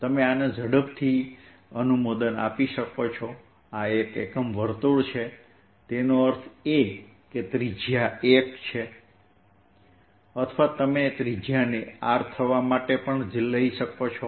તમે આને ઝડપથી અનુમોદન આપી શકો છો આ એકમ વર્તુળ છે તેનો અર્થ એ કે ત્રિજ્યા 1 છે અથવા તમે ત્રિજ્યાને r પણ લઈ શકો છો